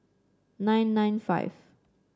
nine nine five